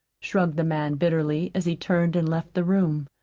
shrugged the man bitterly, as he turned and left the room.